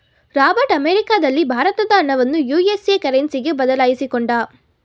Robert ಅಮೆರಿಕದಲ್ಲಿ ಭಾರತದ ಹಣವನ್ನು ಯು.ಎಸ್.ಎ ಕರೆನ್ಸಿಗೆ ಬದಲಾಯಿಸಿಕೊಂಡ